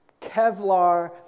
Kevlar